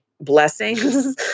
blessings